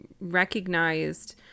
recognized